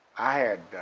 i had,